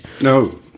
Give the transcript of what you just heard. No